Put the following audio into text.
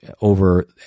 over